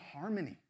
harmony